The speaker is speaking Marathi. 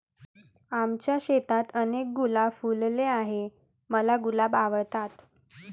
आमच्या शेतात अनेक गुलाब फुलले आहे, मला गुलाब आवडतात